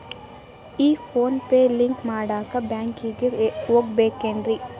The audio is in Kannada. ಈ ಫೋನ್ ಪೇ ಲಿಂಕ್ ಮಾಡಾಕ ಬ್ಯಾಂಕಿಗೆ ಹೋಗ್ಬೇಕೇನ್ರಿ?